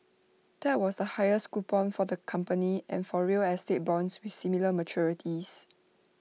that was the highest coupon for the company and for real estate bonds with similar maturities